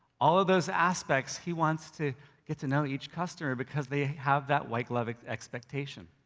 all of those aspects, he wants to get to know each customer because they have that white glove expectation.